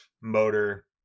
motor